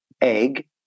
egg